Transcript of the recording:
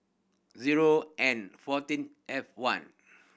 zero N fourteen F one